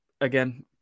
Again